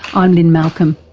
um lynne malcolm,